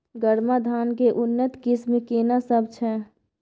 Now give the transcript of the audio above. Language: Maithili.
गरमा धान के उन्नत किस्म केना सब छै?